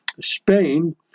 Spain